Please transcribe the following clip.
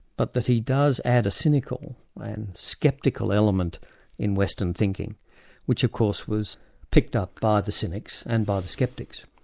but that he does add a cynical and sceptical element in western thinking which of course was picked up by the cynics and by the sceptics.